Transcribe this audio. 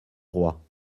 roi